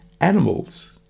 animals